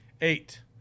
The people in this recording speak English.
Eight